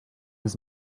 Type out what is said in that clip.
his